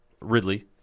Ridley